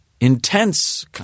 intense